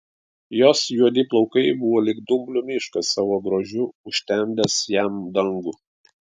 jos juodi plaukai buvo lyg dumblių miškas savo grožiu užtemdęs jam dangų